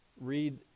read